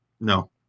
No